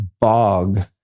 bog